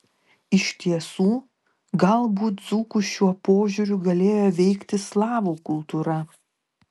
iš tiesų galbūt dzūkus šiuo požiūriu galėjo veikti slavų kultūra